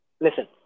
Listen